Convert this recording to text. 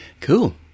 Cool